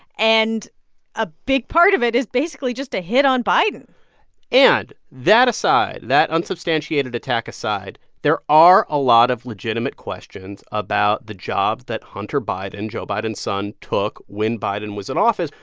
and a big part of it is basically just a hit on biden and, that aside, that unsubstantiated attack aside, there are a lot of legitimate questions about the jobs that hunter biden joe biden's son took when biden was in office.